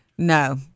No